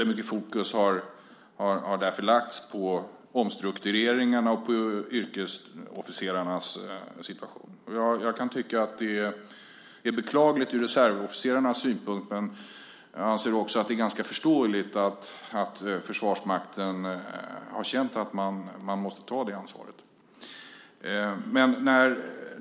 Mycket fokus har därför lagts på omstruktureringen och på yrkesofficerarnas situation. Jag kan tycka att det är beklagligt ur reservofficerarnas synpunkt, men jag anser att det är förståeligt att Försvarsmakten har känt att man måste ta det ansvaret.